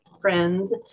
friends